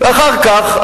ואחר כך,